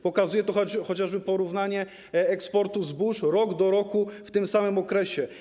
Pokazuje to chociażby porównanie eksportu zbóż rok do roku w tym samym okresie.